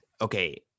Okay